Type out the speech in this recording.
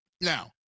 Now